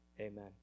Amen